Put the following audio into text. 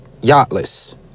yachtless